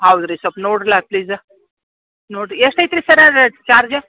ಹೌದು ರೀ ಸ್ವಲ್ಪ ನೋಡ್ರಲ ಅತ್ಲೀಸ ನೋಡಿರಿ ಎಷ್ಟು ಐತ್ರಿ ಸರ್ರ ಅದು ಚಾರ್ಜ್